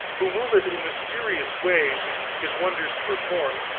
who moveth in mysterious ways his wonders to perform,